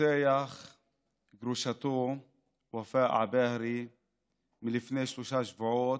רוצח גרושתו ופאא עבאהרה מלפני שלושה שבועות,